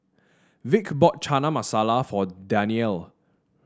Vick bought Chana Masala for Danielle